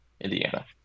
Indiana